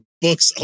books